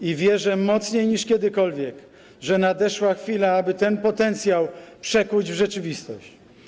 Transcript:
I wierzę mocniej niż kiedykolwiek, że nadeszła chwila, aby ten potencjał przekuć w rzeczywistość.